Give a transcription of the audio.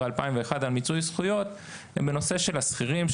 2001 על מיצוי זכויות הוא בנושא של השכירים,